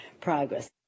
progress